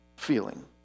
feeling